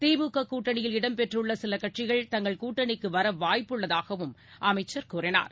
திமுக கூட்டணியில் இடம்பெற்றுள்ள சில கட்சிகள் தங்கள் கூட்டணிக்கு வர வாய்ப்புள்ளதாகவும் அமைச்சர் கூறினார்